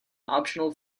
optional